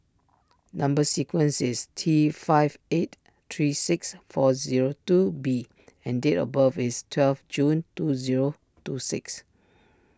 Number Sequence is T five eight three six four zero two B and date of birth is twelve June two zero two six